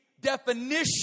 definition